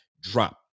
drop